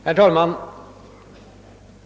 Herr talman!